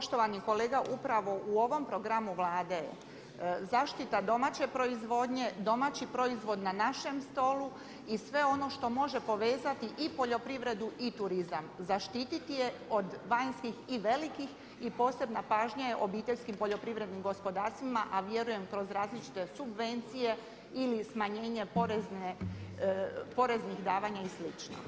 Poštovani kolega, upravo u ovom programu Vlade zaštita domaće proizvodnje, domaći proizvod na našem stolu i sve ono što može povezati i poljoprivredu i turizam, zaštiti je od vanjskih i velikih i posebna pažnja je obiteljskim poljoprivrednim gospodarstvima, a vjerujem kroz različite subvencije ili smanjenje poreznih davanja i slično.